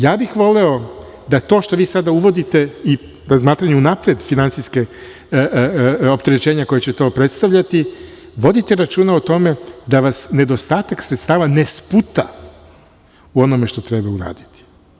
Ja bih voleo da, to što vi sada uvodite i razmatranje unapred finansijskog opterećenja koje će to predstavljati, vodite računa o tome da vas nedostatak sredstava ne sputa u onome što treba uraditi.